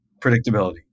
predictability